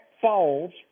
falls